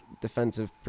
defensive